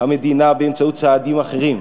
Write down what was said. המדינה באמצעות צעדים אחרים,